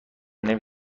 نمی